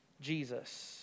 Jesus